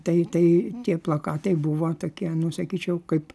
tai tai tie plakatai buvo tokie nu sakyčiau kaip